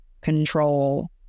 control